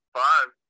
five